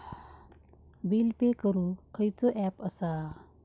Bill pay करूक खैचो app असा?